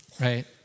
right